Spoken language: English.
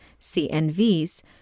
CNVs